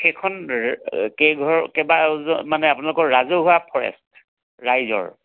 সেইখন কেইঘৰ কেইবা মানে আপোনালোকৰ ৰাজহুৱা ফৰেষ্ট ৰাইজৰ